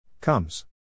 Comes